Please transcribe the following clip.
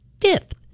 fifth